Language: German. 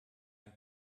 ein